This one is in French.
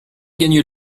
gagne